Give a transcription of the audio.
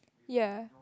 ya